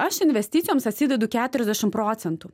aš investicijoms atsidedu keturiasdešim procentų